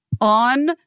on